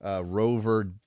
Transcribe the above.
Rover